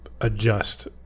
adjust